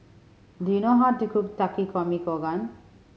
do you know how to cook Takikomi Gohan